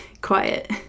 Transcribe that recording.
quiet